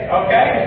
okay